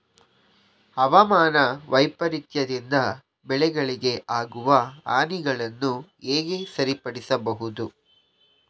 ಹವಾಮಾನ ವೈಪರೀತ್ಯದಿಂದ ಬೆಳೆಗಳಿಗೆ ಆಗುವ ಹಾನಿಗಳನ್ನು ಹೇಗೆ ಸರಿಪಡಿಸಬಹುದು?